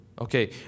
Okay